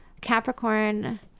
capricorn